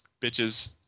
bitches